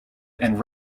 and